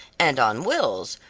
and on will's,